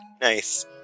Nice